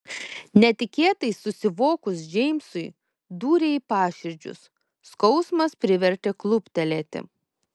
netikėtai susivokus džeimsui dūrė į paširdžius skausmas privertė kluptelėti